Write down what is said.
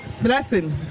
Blessing